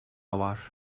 var